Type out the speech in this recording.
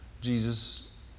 Jesus